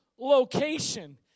location